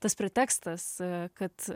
tas pretekstas kad